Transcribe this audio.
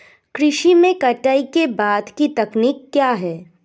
कृषि में कटाई के बाद की तकनीक क्या है?